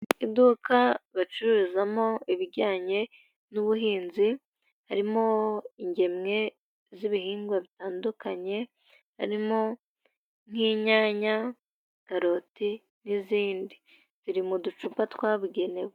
Iduka bacuruzamo ibijyanye n'ubuhinzi, harimo ingemwe z'ibihingwa bitandukanye, harimo nk'inyanya, karoti n'izindi, ziri mu ducupa twabugenewe.